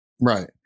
Right